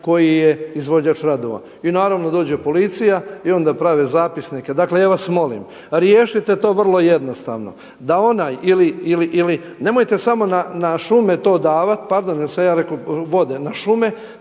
koji je izvođač radova. I naravno dođe policija i onda prave zapisnike. Dakle, ja vas molim, riješite to vrlo jednostavno, da onaj ili, nemojte samo na Šume to davati, pardon jesam li ja rekao na Vode,